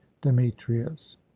demetrius